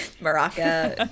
Morocco